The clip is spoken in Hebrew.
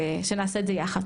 ושנעשה את זה יחד.